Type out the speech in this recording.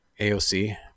AOC